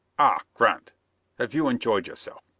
ah, grant have you enjoyed yourself?